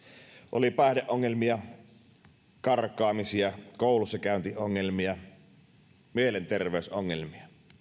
oli päihdeongelmia karkaamisia koulussakäyntiongelmia mielenterveysongelmia